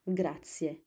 grazie